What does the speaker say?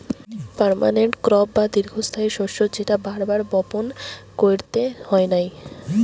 permanent crop বা দীর্ঘস্থায়ী শস্য যেটা বার বার বপণ কইরতে হয় নাই